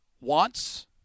wants –